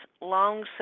long